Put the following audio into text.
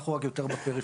אנחנו רק יותר בפריפריה.